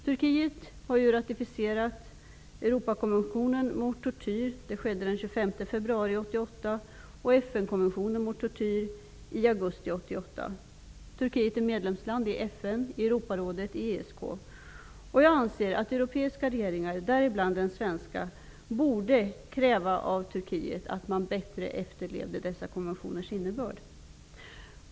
Turkiet ratificerade Europakonventionen mot tortyr den 25 februari 1988 och FN-konventionen mot tortyr i augusti 1988. Turkiet är medlemsland i FN, Europarådet och ESK. Jag anser att europeiska regeringar, däribland den svenska, borde kräva att Turkiet bättre efterlevde dessa konventioners innebörd.